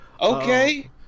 Okay